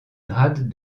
grade